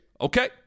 Okay